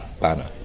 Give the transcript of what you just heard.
banner